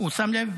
הוא שם לב?